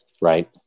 right